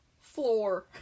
Floor